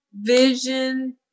vision